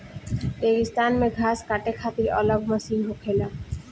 रेगिस्तान मे घास काटे खातिर अलग मशीन होखेला